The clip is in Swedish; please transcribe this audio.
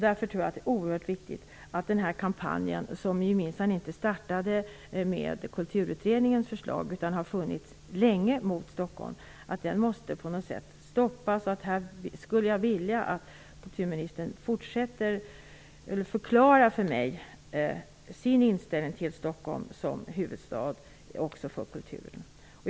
Därför tror jag att det är oerhört viktigt att den här kampanjen mot Stockholm, som minsann inte startade med Kulturutredningens förslag utan har pågått länge, på något sätt stoppas. Jag skulle vilja att kulturministern förklarade för mig vilken inställning hon har till Stockholm som huvudstad också för kulturen.